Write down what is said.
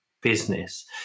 business